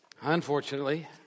unfortunately